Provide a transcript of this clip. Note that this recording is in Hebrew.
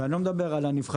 ואני לא מדבר על הנבחרים,